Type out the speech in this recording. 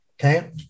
okay